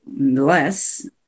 less